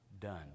done